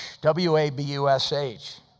W-A-B-U-S-H